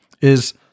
is-